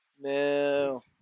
No